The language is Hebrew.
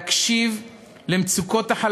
רוצה לאחל לכולנו שנשכיל להקשיב למצוקות החלשים,